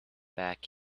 back